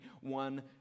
one